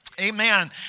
Amen